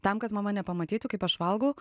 tam kad mama nepamatytų kaip aš valgau